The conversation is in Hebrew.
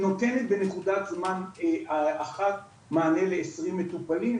נותנת בנקודת זמן אחת מענה לעשרים מטופלים,